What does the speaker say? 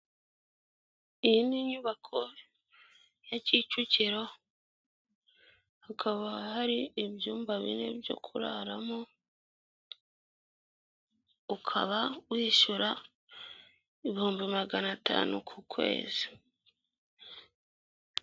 Iyi ni inyubako ya Kicukiro hakaba hari ibyumba bine byo kuraramo ukaba wishyura ibihumbi magana atanu ku kwezi.